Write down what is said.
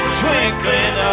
twinkling